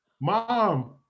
Mom